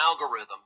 algorithm